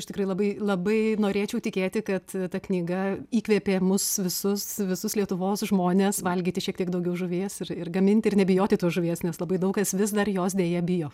aš tikrai labai labai norėčiau tikėti kad ta knyga įkvėpė mus visus visus lietuvos žmones valgyti šiek tiek daugiau žuvies ir ir gaminti ir nebijoti tos žuvies nes labai daug kas vis dar jos deja bijo